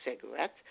cigarettes